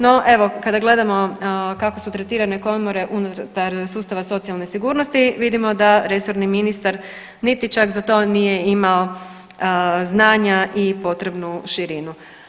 No evo kada gledamo kako su tretirane komore unutar sustava socijalne sigurnosti vidimo da resorni ministar niti čak za to nije imao znanja i potrebnu širinu.